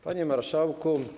Panie Marszałku!